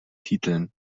titeln